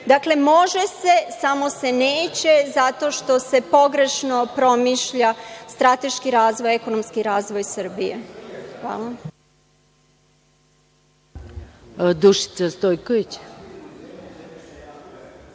Dakle, može se, samo se neće, zato što se pogrešno promišlja strateški razvoj, ekonomski razvoj Srbije. Hvala